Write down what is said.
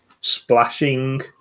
splashing